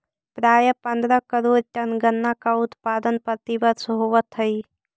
प्रायः पंद्रह करोड़ टन गन्ना का उत्पादन प्रतिवर्ष होवत है